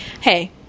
Hey